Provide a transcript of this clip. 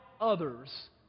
others